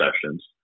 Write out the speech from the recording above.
sessions